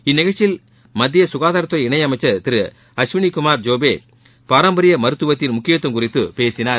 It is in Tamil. இந்நிகழ்ச்சியில் மத்திய ககாதாரத்துறை இணையமைச்சர் திரு அஷ்வினிகுமார் ஜோபே பாரம்பரிய மருத்துவத்தின் முக்கியத்துவம் குறித்து பேசினார்